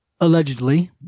allegedly